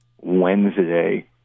Wednesday